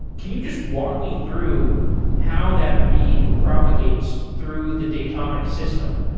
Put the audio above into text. can you just walk me through how that read propagates through the datomic system?